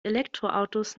elektroautos